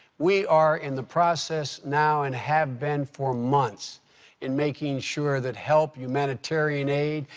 we are in the process now and have been for months in making sure that help, humanitarian aid,